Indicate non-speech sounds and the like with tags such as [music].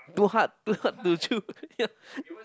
too hard too hard to chew ya [laughs]